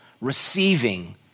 receiving